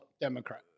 Democrat